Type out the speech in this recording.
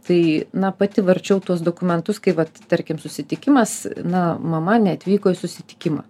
tai na pati varčiau tuos dokumentus kai vat tarkim susitikimas na mama neatvyko į susitikimą